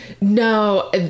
No